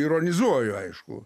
ironizuoju aišku